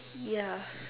ya